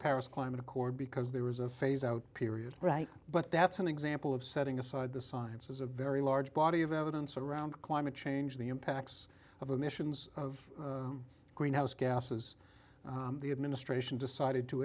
paris climate accord because there was a phase out period right but that's an example of setting aside the science as a very large body of evidence around climate change the impacts of the missions of greenhouse gases the administration decided to